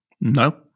No